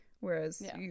Whereas